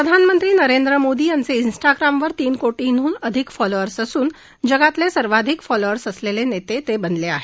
प्रधानमंत्री नरेंद्र मोदी यांचे उंटाग्रामवर तीन कोटीहून अधिक फोलोअर्स असून जगातले सर्वाधिक फोलोअर्स असलेले नेते बनले आहेत